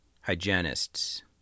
hygienists